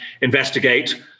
investigate